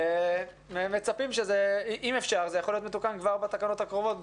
אם אפשר, זה יכול להיות מתוקן כבר בתקנות הקרובות.